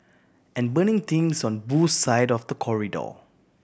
and burning things on Boo's side of the corridor